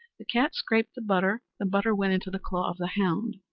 the cat scraped the butter, the butter went into the claw of the hound,